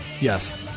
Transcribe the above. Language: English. yes